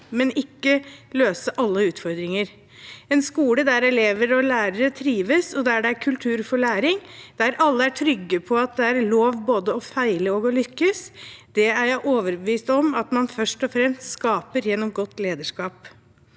men ikke løse alle utfordringer. En skole der elever og lærere trives, der det er kultur for læring, og der alle er trygge på at det er lov både å feile og å lykkes, er jeg overbevist om at man først og fremst skaper gjennom godt lederskap.